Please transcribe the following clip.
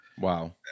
Wow